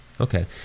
okay